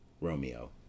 Romeo